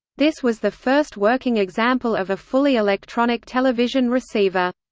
this was the first working example of a fully electronic television receiver.